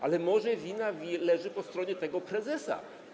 Ale może wina leży po stronie tego prezesa.